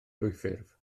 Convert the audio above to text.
dwyffurf